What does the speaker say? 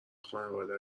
خانواده